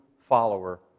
follower